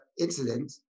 incident